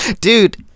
dude